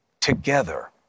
together